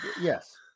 Yes